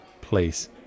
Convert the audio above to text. place